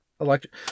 electric